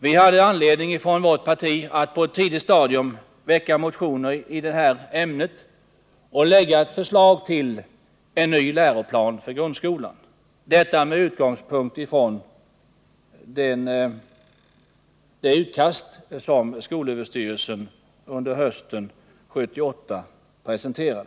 Vi hade anledning från vårt parti att på ett tidigt stadium väcka motioner i detta ämne och lägga fram förslag till en ny läroplan för grundskolan — detta med utgångspunkt i det utkast som skolöverstyrelsen under hösten 1978 presenterade.